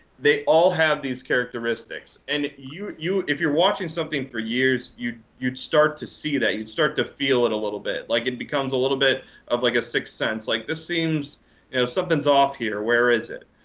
they all have these characteristics. and you you if you're watching something for years, you'd you'd start to see that. you'd start to feel it a little bit. like it becomes a little bit of like a sixth sense. like this seems and something's off here. where is it?